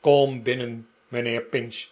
kom binnen mijnheer pinch